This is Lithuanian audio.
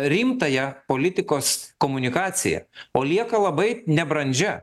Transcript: rimtąją politikos komunikaciją o lieka labai nebrandžia